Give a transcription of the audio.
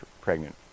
pregnant